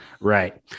Right